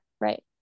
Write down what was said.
right